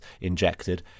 injected